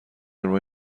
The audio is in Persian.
روی